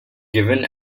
given